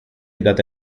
date